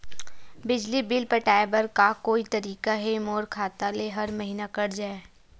बिजली बिल पटाय बर का कोई तरीका हे मोर खाता ले हर महीना कट जाय?